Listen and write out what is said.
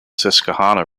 susquehanna